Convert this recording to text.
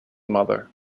mother